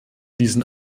diesen